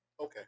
Okay